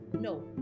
No